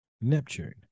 Neptune